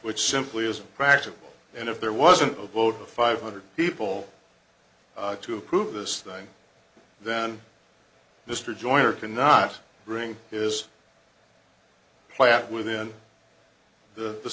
which simply isn't practical and if there wasn't a vote of five hundred people to approve this thing then mr joyner cannot bring is plaque within the the